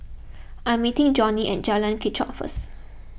I am meeting Johnie at Jalan Kechot first